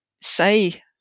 say